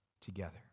together